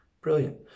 brilliant